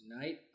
Tonight